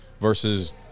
versus